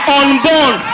unborn